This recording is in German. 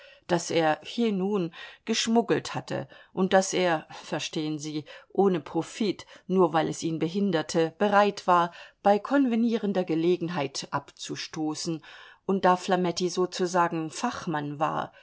das er je nun geschmuggelt hatte und das er verstehen sie ohne profit nur weil es ihn behinderte bereit war bei konvenierender gelegenheit abzustoßen und da flametti sozusagen fachmann war